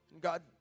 God